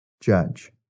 judge